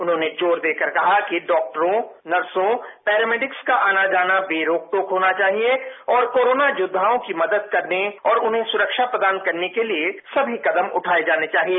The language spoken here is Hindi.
उन्होंने जोर देकर कहा कि डॉक्टरों नर्सों पैरामेडिक्स का आना जाना बेरोक टोक होना चाहिए और कोरोना यौद्वाओं की मदद करने और उन्हें सुरक्षा प्रदान करने के लिए सभी कदम उठाए जाने चाहिए